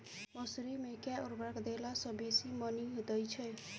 मसूरी मे केँ उर्वरक देला सऽ बेसी मॉनी दइ छै?